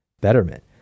Betterment